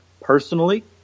personally